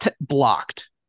blocked